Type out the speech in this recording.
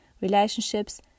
relationships